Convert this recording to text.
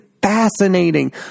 fascinating